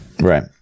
Right